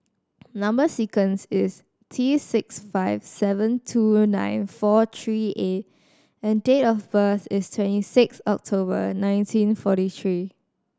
number sequence is T six five seven two nine four three A and date of birth is twenty six October nineteen forty three